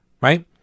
right